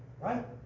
right